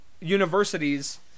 universities